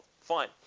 Fine